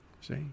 See